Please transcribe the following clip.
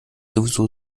sowieso